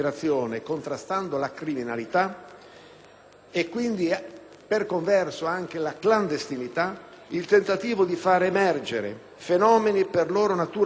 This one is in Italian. e quindi, per converso, anche la clandestinità), il tentativo di far emergere fenomeni per loro natura sfuggenti (quale quello del vagabondaggio)